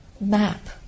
map